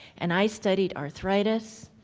and i studied arthritis.